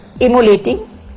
Emulating